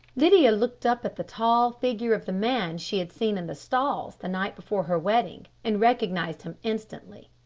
lydia looked up at the tall figure of the man she had seen in the stalls the night before her wedding and recognised him instantly.